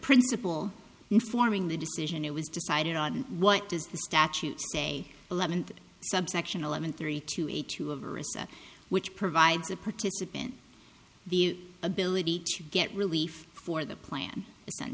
principle in forming the decision it was decided on what does the statute say eleven subsection eleven three two eight two which provides a participant the ability to get relief for the plan